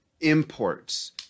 imports